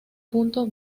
punto